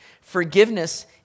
Forgiveness